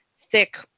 thick